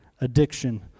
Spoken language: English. addiction